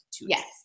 Yes